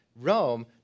Rome